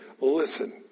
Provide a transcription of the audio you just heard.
listen